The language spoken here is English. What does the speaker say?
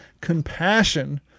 compassion